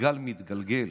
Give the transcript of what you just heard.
הגלגל מתגלגל.